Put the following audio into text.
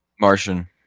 Martian